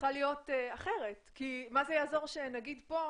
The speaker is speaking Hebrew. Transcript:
צריכה להיות אחרת כי מה זה יעזור שנגיד כאן